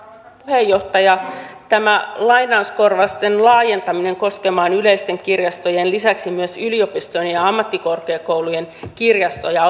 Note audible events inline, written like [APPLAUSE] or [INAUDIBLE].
puheenjohtaja tämä lainauskorvausten laajentaminen koskemaan yleisten kirjastojen lisäksi yliopistojen ja ammattikorkeakoulujen kirjastoja [UNINTELLIGIBLE]